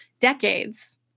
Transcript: decades